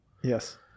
Yes